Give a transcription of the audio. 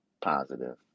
positive